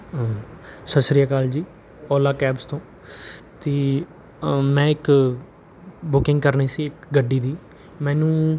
ਸਤਿ ਸ਼੍ਰੀ ਅਕਾਲ ਜੀ ਔਲਾ ਕੈਬਸ ਤੋਂ ਤੇ ਮੈਂ ਇੱਕ ਬੁਕਿੰਗ ਕਰਨੀ ਸੀ ਇੱਕ ਗੱਡੀ ਦੀ ਮੈਨੂੰ